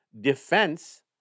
defense